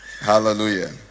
Hallelujah